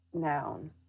Noun